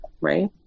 right